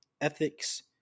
ethics